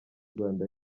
rwanda